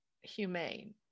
humane